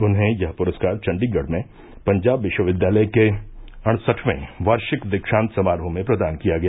उन्हें यह पुरस्कार चण्डीगढ़ में पंजाब विश्वविद्यालय के अड़सठयें वार्षिक दीक्षांत समारोह में प्रदान किया गया